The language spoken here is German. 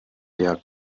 der